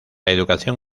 educación